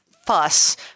fuss